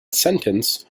sentence